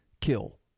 kill